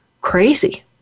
crazy